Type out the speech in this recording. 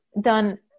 done